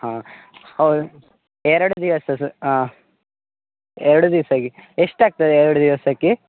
ಹಾಂ ಹೌದು ಎರಡು ದಿವಸ ಸ ಹಾಂ ಎರಡು ದಿವ್ಸಕೆ ಎಷ್ಟು ಆಗ್ತದೆ ಎರಡು ದಿವಸಕ್ಕೆ